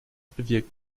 bewirkt